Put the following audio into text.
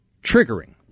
triggering